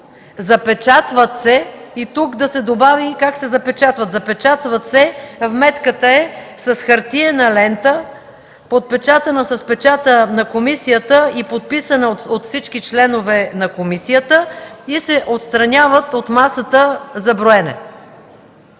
запечатват се” и тук да се добави как се запечатват. „Запечатват се”, вметката е „с хартиена лента, подпечатана с печата на комисията и подписана от всички членове на комисията, и се отстраняват от масата за броене”.